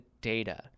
data